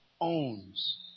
owns